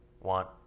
want